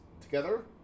Together